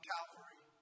Calvary